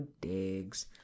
digs